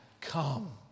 come